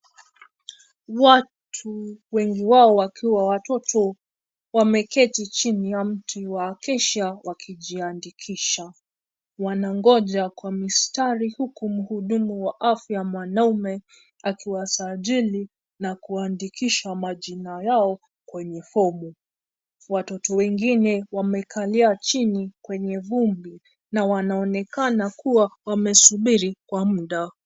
Watu wengi wao wakiwa watoto wameketi chini ya mti wa acacia wakijiandikisha. Wanangoja kwa mistari huku mhudumu wa afya mwanaume akiwa sajili na kuwaandikisha majina yao kwenye fomu. Watoto wengine wamekalia chini kwenye vumbi na wanaonekana kuwa wamesubiri kwa muda.